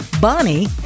Bonnie